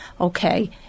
okay